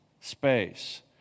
space